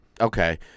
Okay